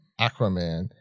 Aquaman